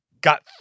got